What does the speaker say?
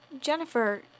Jennifer